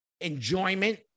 enjoyment